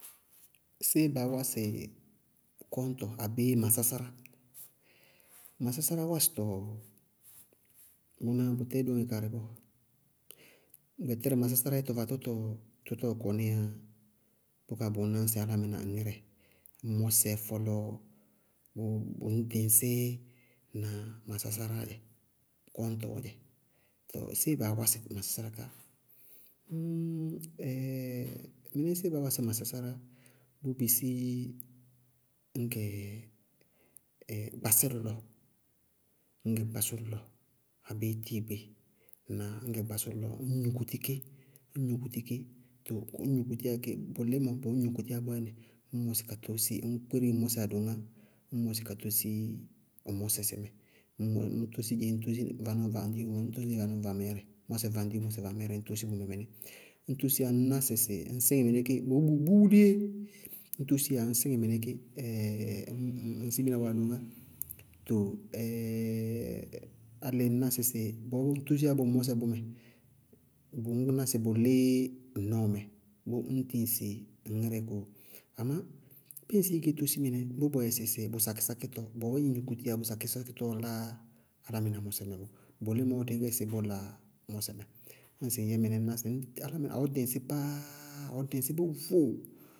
Séé baá wásɩ kɔñtɔ abéé masásárá, masásárá wásɩtɔ bʋná bʋ tá yɛ dóŋɛ karɩ bɔɔ. Gbɛtɛrɛ masásárá yɛ tʋvatʋtʋtɔ tʋ tɔɔ kɔníya bʋká bʋʋ náñsɩ álámɩná ŋírɛ. Ŋ mɔsɛɛ fɔlɔɔ bʋ bʋ ŋñ dɩŋsí, ŋnáa masásáráá dzɛ. Kɔñtɔɔ dzɛ. Ŋnáa? Tɔɔ séé baá wásɩ masásárá ká? mɩnísíɩ bá wásí masásárá, bʋʋ bisí ñ gɛ gbasʋlʋlɔɔ, ñ gɛ gbasʋlʋlɔɔ abéé tiigbé, ñ gɛ gbasʋlʋlɔɔ, ññ nukuti kí, ñ nukutiyá kí, bʋ límɔ mɔɔ ñ nukutiyá bɔɔyɛ nɩ ññ mɔsɩ ka tósi, ññ kpéri ŋ mɔsɛ adoŋá ññ mɔsɩ ka tósi ŋ mɔsɛ sí mɛ ññ tósi dzé ññ tósi vanɔɔ vaŋdiwo ññ tósi vanɔɔ ba mɛɛrɛ, mɔsɛ vaŋdiwo mɔsɛ vamɛɛrɛ, ññ tósi bʋmɛ mɩnɛ. Ñ tosíyá ŋñná sɩ ŋ síŋɩ mɩnɛ ké, bʋʋ wuliyéé, ñ tosíyá ŋñ síŋɩ mɩnɛ ké, ŋ ŋ simire wɛ adoŋá. Too álɩ ŋñná sɩsɩ bɔɔ bʋ tosíyá bʋ mɔsɛ bʋ mɛ bʋrʋ ŋñná sɩ bʋ lí ŋ nɔɔ mɛ, bʋʋ ññ tiŋsi ŋ ŋírɛ kóo. Amá ñŋ sɩ ŋñ gɛ ñ tósi mɩnɛ, bʋ bɔyɛ sɩ bʋ sakɩsákítɔ bɔɔ ñ nukutiyá bʋ sakɩsákítɔɔ lá álámɩná mɔsɛ mɛ bɔɔ, bʋ límɔɔ dɩí gɛ sɩ bʋ la mɔsɛmɛ. Ñŋsɩ ŋ yɛ mɩnɛ, ŋñná sɩ álámɩná ɔɔ ɖɩŋsí pááá, ɔɔ ɖɩŋsí bʋ vʋ.